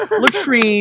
latrine